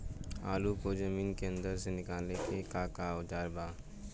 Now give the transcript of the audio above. आलू को जमीन के अंदर से निकाले के का औजार बा?